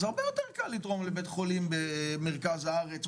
הרבה יותר קל לתרום לבית חולים במרכז הארץ,